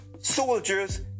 soldiers